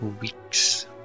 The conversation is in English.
weeks